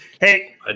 Hey